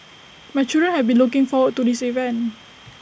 my children have been looking forward to this event